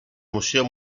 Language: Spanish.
museo